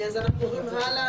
אז אנחנו עוברים הלאה.